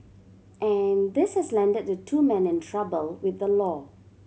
and this has landed the two men in trouble with the law